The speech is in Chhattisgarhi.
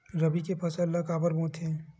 रबी के फसल ला काबर बोथे?